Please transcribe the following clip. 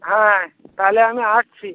হ্যাঁ তাহলে আমি আসছি